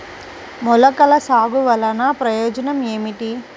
మొలకల సాగు వలన ప్రయోజనం ఏమిటీ?